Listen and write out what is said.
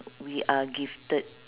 we are gifted